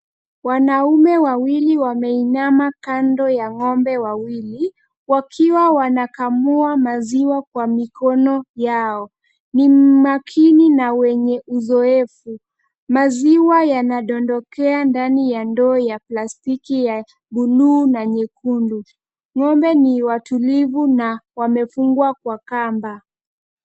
Wanaume wawili wameinama kando ya Ng'ombe wawili wakiwa wanakamua maziwa kwa mikono yao. Ni mmakini na wenye uzoefu. Maziwa yanadondokea ndani ya ndoo ya plastiki ya buluu na nyekundu.Ng'ombe ni watulivu na wamefungwa kwa kamba.